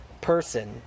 person